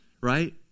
right